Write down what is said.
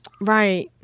Right